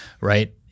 Right